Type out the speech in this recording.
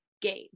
game